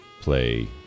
play